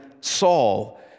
Saul